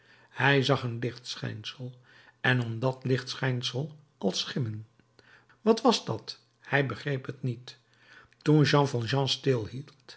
hij zag een lichtschijnsel en om dat lichtschijnsel als schimmen wat was dat hij begreep het niet toen jean